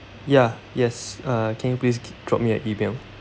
ya yes uh can you please drop me an E-mail